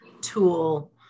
Tool